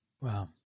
Wow